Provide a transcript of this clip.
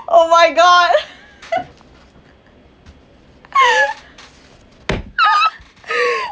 oh my god